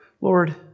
Lord